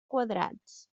quadrats